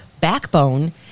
backbone